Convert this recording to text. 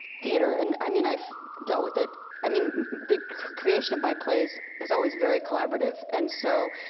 theater. and i mean, i've dealt with it i mean, the creation of my plays is always very collaborative. and so,